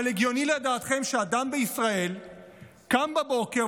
אבל הגיוני לדעתכם שאדם בישראל קם בבוקר,